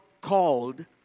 called